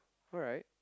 alright